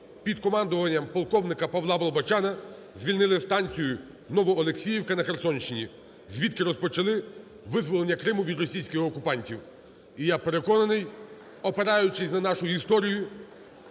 під командуванням полковника Павла Болбочана звільнили станцію Новоолексіївка на Херсонщині, звідки розпочали визволення Криму від російських окупантів. І я переконаний, опираючись на нашу історію